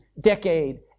decade